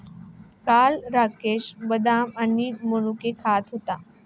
काल राकेश बदाम आणि मनुके खात होता